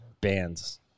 bands